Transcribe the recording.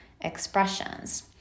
expressions